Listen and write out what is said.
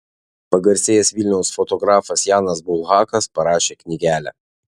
pagarsėjęs vilniaus fotografas janas bulhakas parašė knygelę